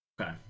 Okay